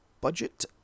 budget